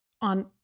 on